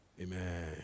Amen